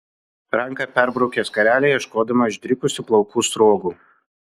ranka perbraukė skarelę ieškodama išdrikusių plaukų sruogų